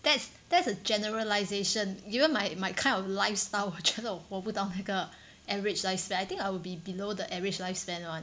that's that's a generalization even my my kind of lifestyle 我活不到那个 average lifespan I think I will be below the average lifespan [one]